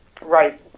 Right